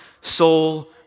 soul